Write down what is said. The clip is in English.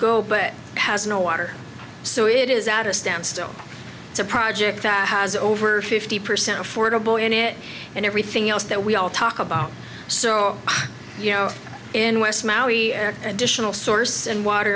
go but it has no water so it is at a standstill it's a project that has over fifty percent affordable in it and everything else that we all talk about so you know in west maui an additional source and water